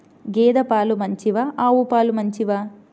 గేద పాలు మంచివా ఆవు పాలు మంచివా?